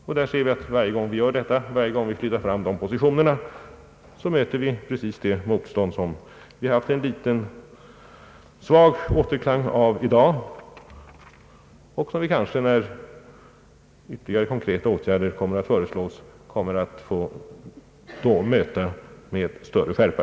Och varje gång vi flyttar fram de positionerna, möter vi det motstånd som vi haft en svag återklang av i dag och som vi, när ytterligare konkreta åtgärder föreslås, säkerligen kommer att få möta med större skärpa.